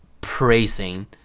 praising